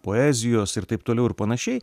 poezijos ir taip toliau ir panašiai